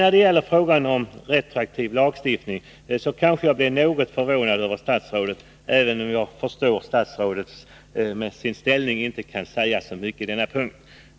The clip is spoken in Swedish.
När det gäller frågan om retroaktiv lagstiftning gjorde statsrådet mig något förvånad, även om jag förstår att statsrådet i sin ställning inte kan säga så mycket beträffande denna punkt.